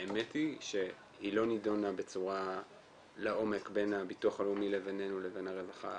האמת היא שהיא לא נידונה לעומק בין הביטוח הלאומי לבינינו לבין הרווחה.